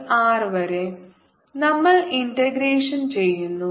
0 മുതൽ R വരെ നമ്മൾ ഇന്റഗ്രേഷൻ ചെയ്യുന്നു